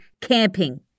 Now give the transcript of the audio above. Camping